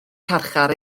carchar